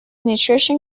nutrition